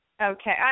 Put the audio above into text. Okay